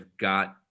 got